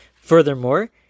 Furthermore